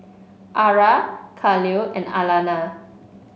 ara Kahlil and Alana